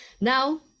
now